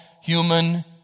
human